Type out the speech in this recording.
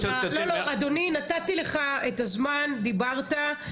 אדוני, נתתי לך את הזמן ודיברת.